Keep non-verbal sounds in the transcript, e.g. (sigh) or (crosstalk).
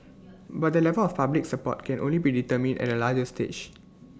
(noise) but the level of public support can only be determined at A later stage